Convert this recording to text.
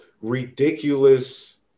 ridiculous